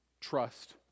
trust